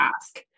ask